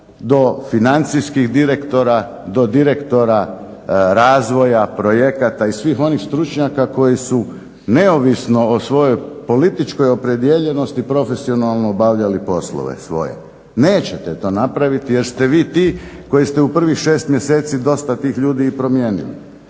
do financijskih direktora, do direktora razvoja projekata i svih onih stručnjaka koji su neovisno o svojoj političkoj opredijeljenosti profesionalno obavljali poslove svoje. Nećete to napraviti jer ste vi ti koji ste u prvih 6 mjeseci dosta tih ljudi i promijenili.